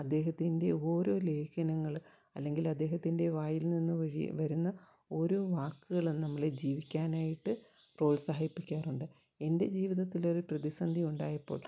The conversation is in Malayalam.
അദ്ദേഹത്തിൻ്റെ ഓരോ ലേഖനങ്ങൾ അല്ലെങ്കിൽ അദ്ദേഹത്തിൻ്റെ വായിൽ നിന്ന് ഒഴുകി വരുന്ന ഓരോ വാക്കുകളും നമ്മളെ ജീവിക്കാനായിട്ട് പ്രോത്സാഹിപ്പിക്കാറുണ്ട് എൻ്റെ ജീവിതത്തിലൊരു പ്രതിസന്ധി ഉണ്ടായപ്പോൾ